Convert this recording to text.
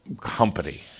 company